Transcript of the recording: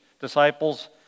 disciples